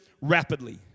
rapidly